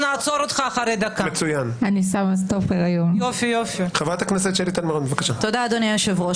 תודה, אדוני היושב-ראש.